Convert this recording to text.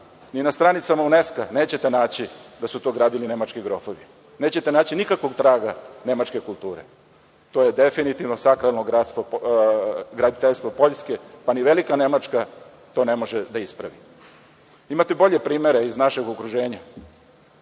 ni na stranicama UNESKO-a nećete naći da su to gradili nemački grofovi. Nećete naći nikakvog traga nemačke kulture, to je definitivno sakralno graditeljstvo Poljske, pa ni velika Nemačka to ne može da ispravi. Imate bolje primere iz našeg okruženja.